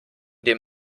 dem